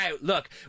look